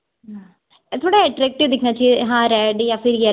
थोड़ा अट्रेक्टिव दिखना चाहिए हाँ रेड या फिर येलो